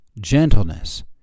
gentleness